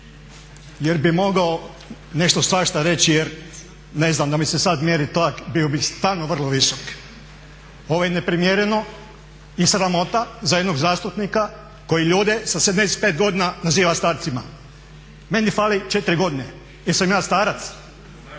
jer bih mogao nešto svašta reći jer ne znam da mi se sad mjeri tlak bio bi stvarno vrlo visok. Ovo je neprimjereno i sramota za jednog zastupnika koji ljude sa 75 godina naziva starcima. Meni fali 4 godine, jesam ja starac?